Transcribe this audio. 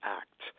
act